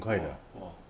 !whoa! !whoa!